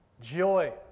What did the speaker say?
joy